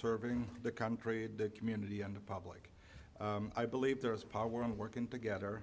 serving the country and the community and the public i believe there is power in working together